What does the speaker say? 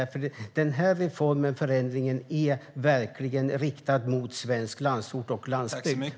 Reformen och förändringen är riktad mot svensk landsort och landsbygd.